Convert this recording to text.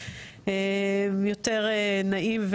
ויותר נעים,